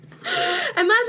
Imagine